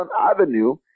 Avenue